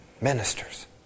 ministers